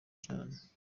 cyane